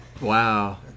Wow